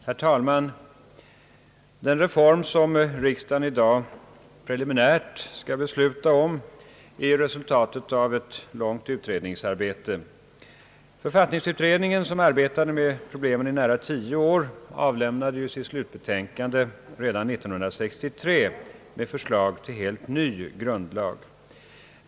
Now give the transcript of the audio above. Herr talman! Den reform som riksdagen i dag preliminärt skall besluta om är resultatet av ett långt utredningsarbete. Författningsutredningen, som arbetat med problemen i nära tio år, avlämnade sitt slutbetänkande redan 1963 med förslag till helt ny grundlag.